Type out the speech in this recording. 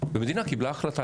והמדינה קיבלה החלטה.